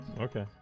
Okay